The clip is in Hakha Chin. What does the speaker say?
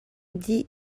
dih